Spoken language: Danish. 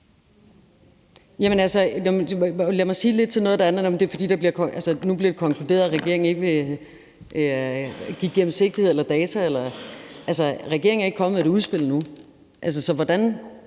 nu bliver det konkluderet, at regeringen ikke vil give gennemsigtighed eller data. Altså, regeringen er ikke kommet med et udspil